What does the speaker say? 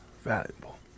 valuable